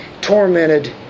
tormented